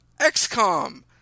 XCOM